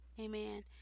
Amen